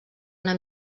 una